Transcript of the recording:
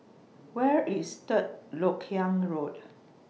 Where IS Third Lok Yang Road